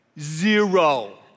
Zero